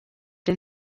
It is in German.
den